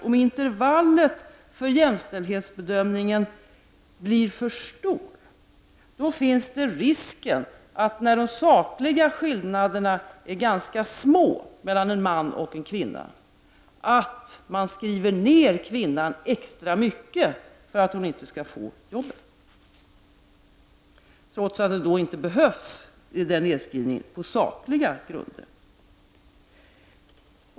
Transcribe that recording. Om intervallet för jämställdhetsbedömningen blir för stort finns nämligen risken när de sakliga skillnaderna i meriter är ganska små mellan en man och kvinna, att man skri ver ned kvinnan extra mycket för att hon inte skall få jobbet. Den nedskrivningen behövs alltså inte på sakliga grunder.